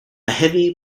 heavy